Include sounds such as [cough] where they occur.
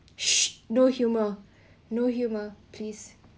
[noise] no humour no humour please